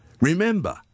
Remember